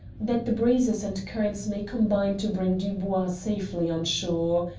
that the breezes and currents may combine to bring dubois safely on shore.